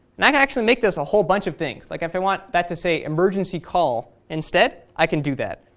and i can actually make this a whole bunch of things, like if i want that to say emergency call instead i can do that,